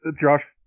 Josh